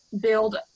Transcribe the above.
build